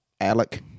Alec